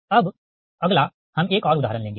अब अगला हम एक और उदाहरण लेंगे